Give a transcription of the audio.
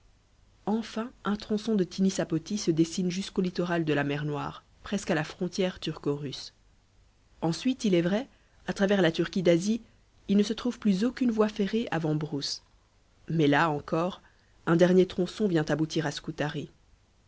enfin un tronçon de tinis à poti se dessine jusqu'au littoral de la mer noire presque à la frontière turco russe ensuite il est vrai à travers la turquie d'asie il ne se trouve plus aucune voie ferrée avant brousse mais là encore un dernier tronçon vient aboutir à scutari